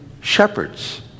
shepherds